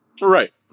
Right